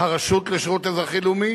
הרשות לשירות האזרחי-לאומי